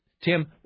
Tim